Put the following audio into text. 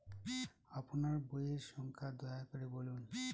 আপনার বইয়ের সংখ্যা দয়া করে বলুন?